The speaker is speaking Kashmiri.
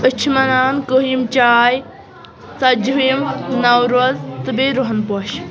أسۍ چھِ مناوان کٔہِم چاے ژَتجیٖہِم نوروز تہٕ بیٚیہِ رۄہَنہٕ پوش